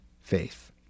faith